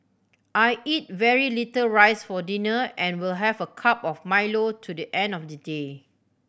I eat very little rice for dinner and will have a cup of Milo to the end of the day